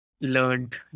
learned